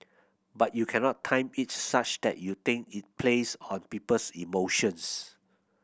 but you cannot time it such that you think it plays on people's emotions